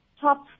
top